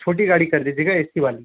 छोटी गाड़ी कर दीजिएगा ए सी वाली